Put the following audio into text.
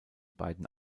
beiden